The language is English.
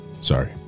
Sorry